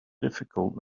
difficult